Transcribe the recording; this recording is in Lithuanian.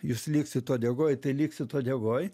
jūs liksit uodegoj tai liksit uodegoj